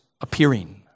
appearing